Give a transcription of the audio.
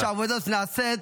-- שהעבודה הזאת נעשית.